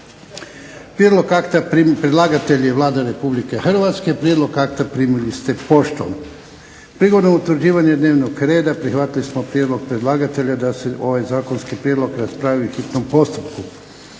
čitanje, P.Z. br. 874 Predlagatelj je Vlada Republike Hrvatske. Prijedlog akta primili ste poštom. Prigodom utvrđivanja dnevnog reda prihvatili smo prijedlog predlagatelja da se ovaj zakonski prijedlog raspravi u hitnom postupku.